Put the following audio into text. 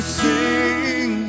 sing